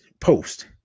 post